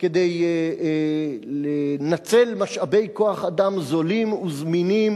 כדי לנצל משאבי כוח-אדם זולים וזמינים